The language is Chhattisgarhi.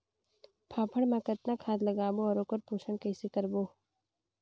फाफण मा कतना खाद लगाबो अउ ओकर पोषण कइसे करबो?